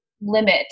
limit